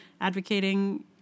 advocating